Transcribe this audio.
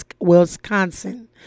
Wisconsin